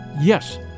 Yes